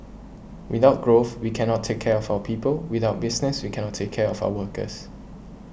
without growth we cannot take care of our people without business we cannot take care of our workers